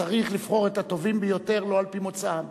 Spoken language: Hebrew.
שצריכים לבחור את הטובים ביותר, לא על-פי מוצאם.